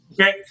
Okay